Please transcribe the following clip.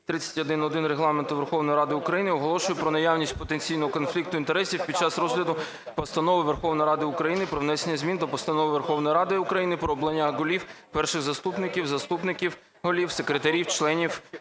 31.1 Регламенту Верховної Ради України оголошую про наявність потенційного конфлікту інтересів під час розгляду Постанови Верховної Ради України про внесення змін до Постанови Верховної Ради України "Про обрання голів, перших заступників, заступників голів, секретарів, членів